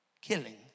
killing